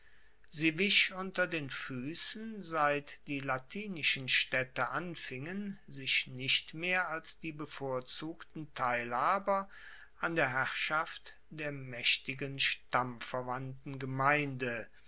sie wich unter den fuessen seit die latinischen staedte anfingen sich nicht mehr als die bevorzugten teilhaber an der herrschaft der maechtigen stammverwandten gemeinde